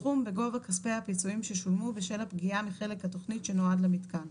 סכום בגובה כספי הפיצויים ששולמו בשל הפגיעה מחלק התוכנית שנועד למיתקן,